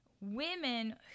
women